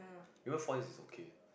even four years is okay